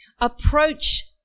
Approach